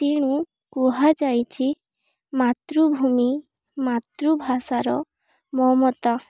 ତେଣୁ କୁହାଯାଇଛି ମାତୃଭୂମି ମାତୃଭାଷାର ମମତା